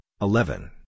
eleven